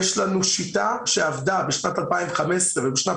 יש לנו שיטה שעבדה בשנת 2015 ובשנת